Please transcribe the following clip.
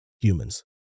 humans